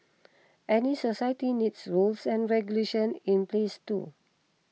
any society needs rules and regulations in place too